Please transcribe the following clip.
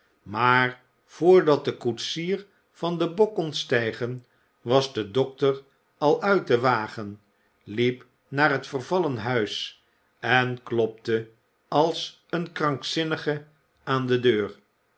maar voordat de koetsier van den bok kon stijgen was de dokter al uit den wagen liep naar het vervallen huis en klopte als een krankzinnige aan de deur